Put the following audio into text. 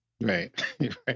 Right